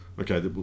Okay